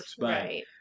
Right